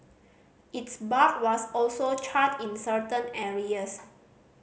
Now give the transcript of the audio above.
its bark was also charred in certain areas